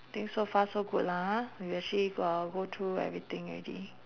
think so far so good lah ha we actually got go through everything already